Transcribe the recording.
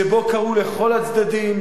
שבו קראו לכל הצדדים,